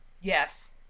Yes